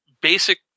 basic